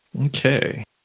Okay